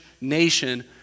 nation